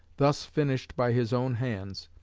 thus finished by his own hands,